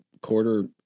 quarter